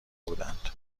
بودند